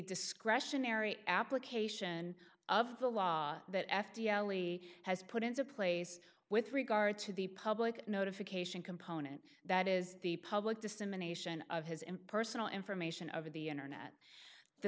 discretionary application of the law that f t l only has put into place with regard to the public notification component that is the public dissemination of his impersonal information over the internet the